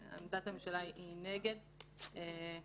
ועמדת הממשלה היא נגד זה.